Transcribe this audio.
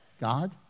God